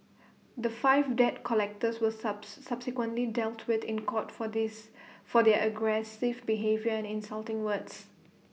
the five debt collectors were subsequently dealt with in court for this for their aggressive behaviour and insulting words